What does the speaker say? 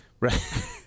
Right